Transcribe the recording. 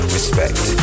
Respect